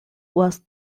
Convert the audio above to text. was